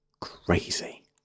crazy